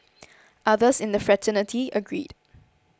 others in the fraternity agreed